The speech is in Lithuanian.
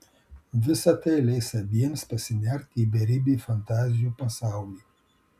visa tai leis abiems pasinerti į beribį fantazijų pasaulį